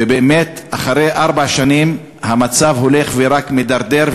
ובאמת, אחרי ארבע שנים המצב הולך ורק מידרדר.